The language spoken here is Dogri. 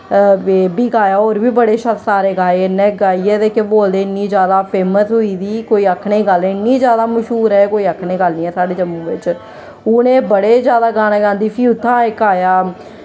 इब्बी गाया होर बी बड़े सारे गाए इन्नै गाइयै ते केह् बोलदे इ'न्नी ज्यादा फेमस होई गेदी कोई आक्खने दी गल्ल नी ऐ इन्नी ज्यादा मश्हूर ऐ कोई आक्खने दी गल्ल नी ऐ जम्मू बिच्च हून एह् बड़े ज्यादा गाने गांदी फ्ही उत्थां इक आया